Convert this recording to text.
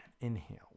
inhale